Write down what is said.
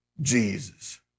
Jesus